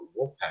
Wolfpack